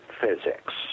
physics